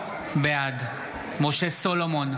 בעד משה סולומון,